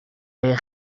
est